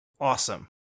Awesome